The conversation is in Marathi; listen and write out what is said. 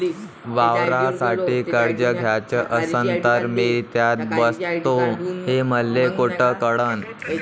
वावरासाठी कर्ज घ्याचं असन तर मी त्यात बसतो हे मले कुठ कळन?